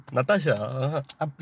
Natasha